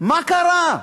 מה קרה?